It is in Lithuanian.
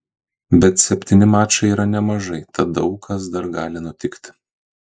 bet septyni mačai yra nemažai tad daug kas dar gali nutikti